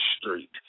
street